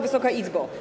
Wysoka Izbo!